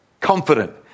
confident